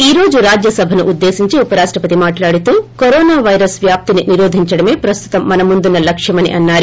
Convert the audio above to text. ఈ రోజు రాజ్యసభను ఉద్దేశించి ఉపరాష్టపతి మాట్లాడుతూ కరోనా పైరస్ వ్యాప్తిని నిరోధించడమే ప్రస్తుతం మన ముందున్న లక్ష్యమని అన్నారు